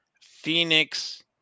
Phoenix